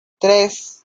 tres